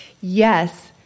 yes